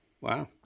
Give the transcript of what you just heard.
Wow